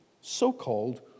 so-called